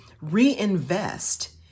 reinvest